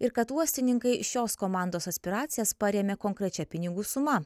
ir kad uostininkai šios komandos aspiracijas parėmė konkrečia pinigų suma